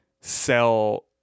sell